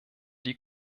die